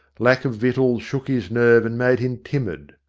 lack of victuals shook his nerve and made him timid.